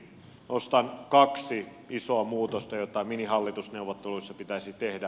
nostan kaksi isoa muutosta joita minihallitusneuvotteluissa pitäisi tehdä